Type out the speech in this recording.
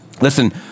Listen